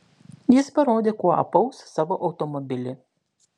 jis parodė kuo apaus savo automobilį